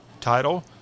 title